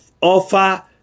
offer